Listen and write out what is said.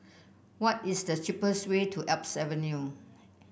what is the cheapest way to Alps Avenue